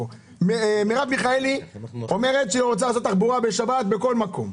מרב מיכאלי אומרת שהיא רוצה לעשות תחבורה בשבת בכל מקום.